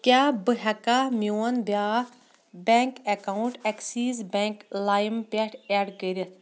کیٛاہ بہٕ ہیٚکیٛاہ میٛون بیٛاکھ بینٛک اکاونٛٹ ایٚکسیٖز بیٚنٛک لایِم پیٚٹھ ایٚڈ کٔرِتھ؟